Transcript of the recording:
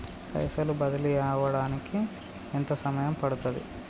పైసలు బదిలీ అవడానికి ఎంత సమయం పడుతది?